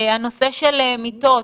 הנושא של מיטות.